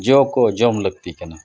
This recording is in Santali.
ᱡᱚ ᱠᱚ ᱡᱚᱢ ᱞᱟᱠᱛᱤ ᱠᱟᱱᱟ